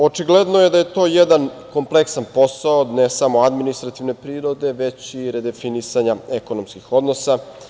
Očigledno je da je to jedan kompleksan posao, ne samo administrativne prirode, već i redefinisanja ekonomskih odnosa.